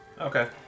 Okay